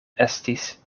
estis